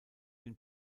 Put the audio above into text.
den